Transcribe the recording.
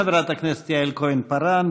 חברת הכנסת יעל כהן-פארן,